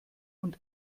und